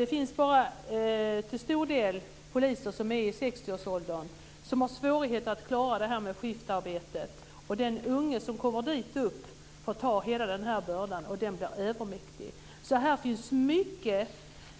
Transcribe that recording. Det finns bara till stor del poliser som är i 60-årsåldern, som har svårigheter att klara skiftarbetet. Den unga polis som kommer dit får ta hela den här bördan, och den blir övermäktig. Här finns alltså mycket